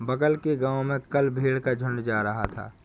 बगल के गांव में कल भेड़ का झुंड जा रहा था